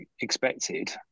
expected